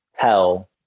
tell